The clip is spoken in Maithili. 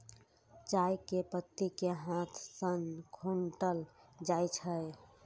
चाय के पत्ती कें हाथ सं खोंटल जाइ छै